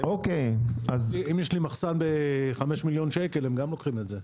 אם יש לי מחסן ב-5 מיליון שקלים הם גם לוקחים את זה.